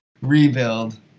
rebuild